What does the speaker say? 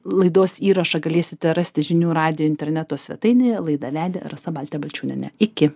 laidos įrašą galėsite rasti žinių radijo interneto svetainėje laidą vedė rasa baltė balčiūnienė iki